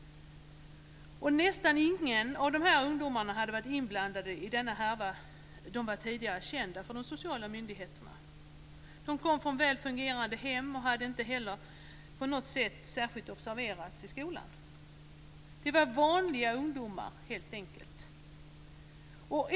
Nästan ingen av de här ungdomarna som var inblandade i denna härva var tidigare känd för de sociala myndigheterna. De kom från väl fungerande hem, och hade inte heller på något sätt särskilt observerats i skolan. Det var vanliga ungdomar, helt enkelt.